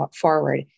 forward